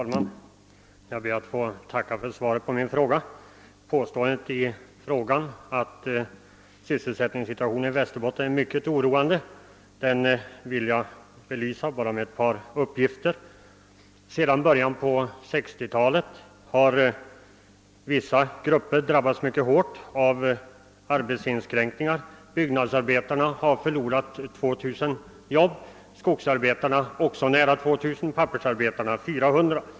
Herr talman! Jag ber att få tacka för svaret på min fråga. Påståendet i denna att sysselsättningssituationen i Västerbotten är mycket oroande vill jag belysa med bara ett par uppgifter. Sedan början av 1960-talet har vissa grupper drabbats mycket hårt av arbetsinskränkningar. Byggnadsarbetarna har förlorat 2000 arbeten, skogsarbetarna också nära 2 000 och pappersarbetarna 400.